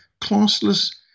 classless